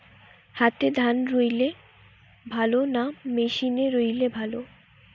হাতে ধান রুইলে ভালো না মেশিনে রুইলে ভালো?